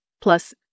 Plus